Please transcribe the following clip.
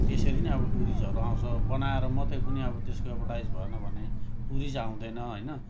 त्यसरी नै अब टुरिस्टहरू आउँछ बनाएर मात्रै पनि अब त्यसको एडभर्टाइज भएन भने टुरिस्ट आउँदैन होइन